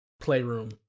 Playroom